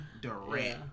Durant